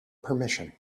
permission